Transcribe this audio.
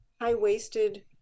high-waisted